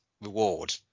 reward